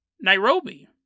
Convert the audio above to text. Nairobi